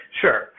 Sure